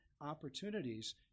opportunities